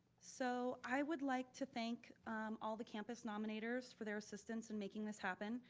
so i would like to thank all the campus nominators for their assistance in making this happen.